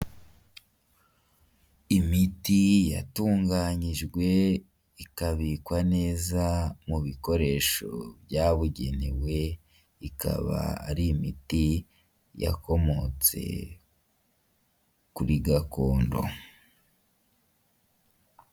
Imiti yatunganyijwe ikabikwa neza mu bikoresho byabugenewe, ikaba ari imiti yakomotse kuri gakondo.